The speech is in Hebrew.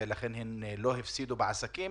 ולכן הן לא הפסידו בעסקים,